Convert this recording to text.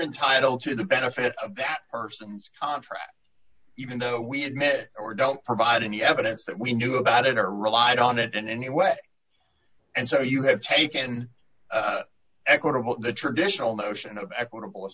entitle to the benefit of that person's contract even though we had met or don't provide any evidence that we knew about it or relied on it in any way and so you have taken equitable the traditional notion of equitable a